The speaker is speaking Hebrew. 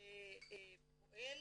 שפועל